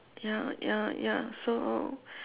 ya ya ya so